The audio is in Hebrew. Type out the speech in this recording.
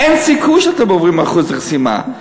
אין סיכוי שאתם עוברים אחוז חסימה.